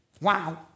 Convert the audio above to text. Wow